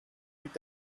mit